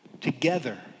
together